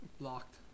Blocked